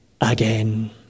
again